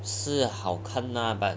是好看 lah but